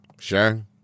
Sure